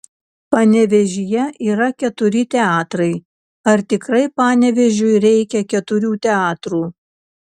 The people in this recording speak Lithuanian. panevėžyje yra keturi teatrai ar tikrai panevėžiui reikia keturių teatrų